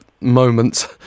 moments